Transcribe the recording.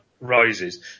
Rises